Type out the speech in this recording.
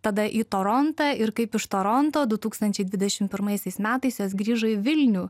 tada į torontą ir kaip iš toronto du tūkstančiai dvidešim pirmaisiais metais jos grįžo į vilnių